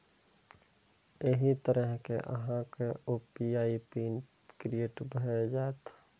एहि तरहें अहांक यू.पी.आई पिन क्रिएट भए जाएत